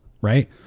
right